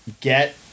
get